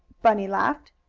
bunny laughed.